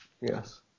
Yes